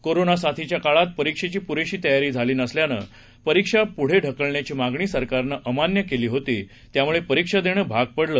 कोरोनासाथीच्याकाळात परीक्षेचीपुरेशीतयारीझालीनसल्याने परीक्षापुढंढकलण्याचीमागणीसरकारनेअमान्यकेलीहोती त्यामुळेपरीक्षादेणंभागपडलं